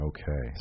Okay